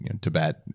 Tibet